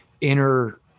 inner